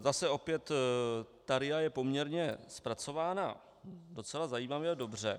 Zase opět ta RIA je poměrně zpracována docela zajímavě a dobře.